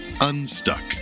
unstuck